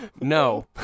No